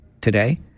today